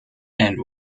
and